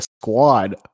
squad